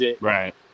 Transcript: Right